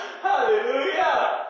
Hallelujah